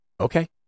Okay